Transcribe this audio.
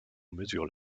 mesure